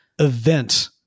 event